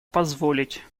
позволить